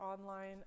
online